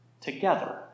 together